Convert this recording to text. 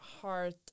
heart